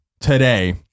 today